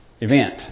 event